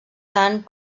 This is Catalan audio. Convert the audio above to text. tant